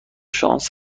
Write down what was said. شانس